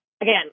Again